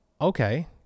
okay